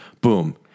boom